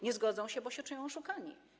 Nie zgodzą się, bo się czują oszukani.